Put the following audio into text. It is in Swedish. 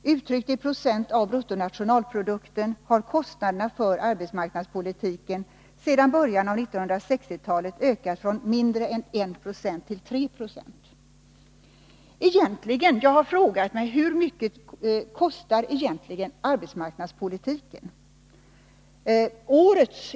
Uttryckt i procent av bruttonationalprodukten har kostnaderna för arbetsmarknadspolitiken sedan början av 1960-talet ökat från mindre än 1 9 till 3 90. Jag har frågat mig: Hur mycket kostar egentligen arbetsmarknadspolitiken?